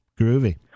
Groovy